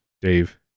Dave